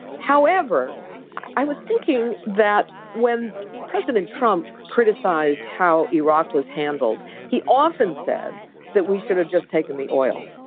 however i was thinking that when president trump criticized how iraq was handled he often said that we should have just taken the oil.